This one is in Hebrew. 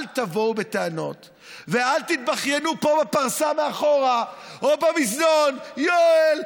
אל תבואו בטענות ואל תתבכיינו פה בפרסה מאחורה או במזנון: יואל,